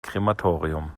krematorium